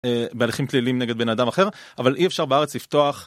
בהליכים כלליים נגד בן אדם אחר, אבל אי אפשר בארץ לפתוח.